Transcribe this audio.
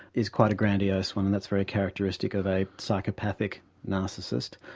is quite a grandiose one and that's very characteristic of a psychopathic narcissist,